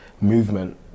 movement